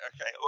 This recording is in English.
okay